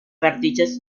vertices